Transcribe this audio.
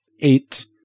eight